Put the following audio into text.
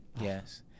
Yes